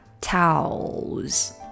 towels